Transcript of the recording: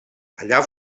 allà